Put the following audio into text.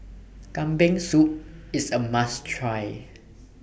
Kambing Soup IS A must Try